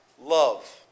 love